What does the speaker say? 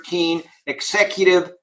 executive